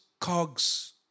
cogs